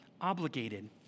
obligated